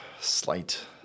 slight